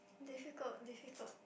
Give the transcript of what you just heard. difficult difficult